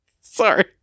Sorry